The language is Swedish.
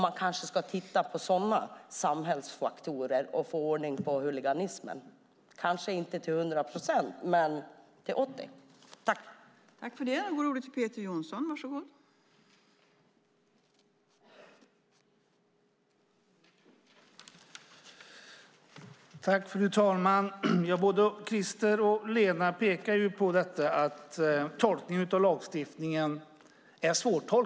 Man kanske ska se på sådana samhällsfaktorer för att få ordning på huliganismen - kanske inte till 100 procent men eventuellt till 80 procent.